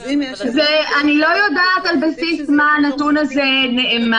אז אם יש --- אני לא יודעת על בסיס מה הנתון הזה נאמר.